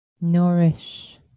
nourish